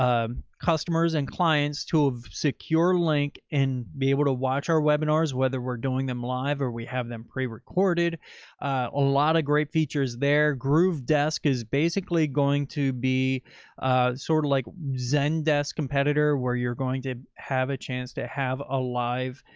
um customers and clients to have secure link. and be able to watch our webinars, whether we're doing them live, or we have them prerecorded a lot of great features there, groovedesk is basically going to be a sort of like zen desk competitor, where you're going to have a chance to have a live,